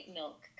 milk